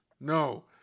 No